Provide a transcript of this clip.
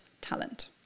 talent